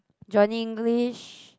Johnny-English